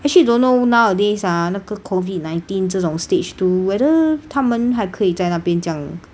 actually don't know nowadays ah 那个 COVID nineteen 这种 stage to whether 他们还可以在那边这样